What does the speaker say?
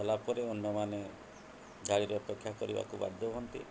ହେଲା ପରେ ଅନ୍ୟମାନେ ଝାଡ଼ିର ଅପେକ୍ଷା କରିବାକୁ ବାଧ୍ୟ ହୁଅନ୍ତି